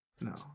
no